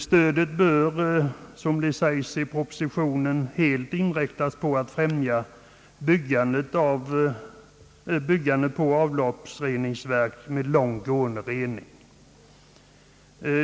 Stödet bör, som det sägs i propositioren, helt inriktas på att främja byggandet av avloppsreningsverk medlångt gående rening.